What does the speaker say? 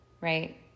right